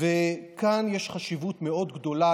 כאן יש חשיבות מאוד גדולה,